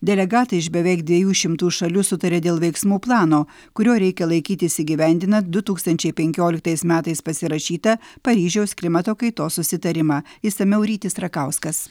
delegatai iš beveik dviejų šimtų šalių sutarė dėl veiksmų plano kurio reikia laikytis įgyvendinant du tūkstančiai penkioliktais metais pasirašytą paryžiaus klimato kaitos susitarimą išsamiau rytis rakauskas